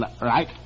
right